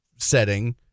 Setting